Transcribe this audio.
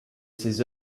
ses